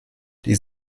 die